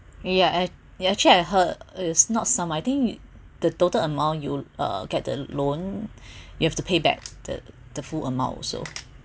yeah act~ yeah actually I heard is not some I think the total amount you uh get the loan you have to pay back the the full amount also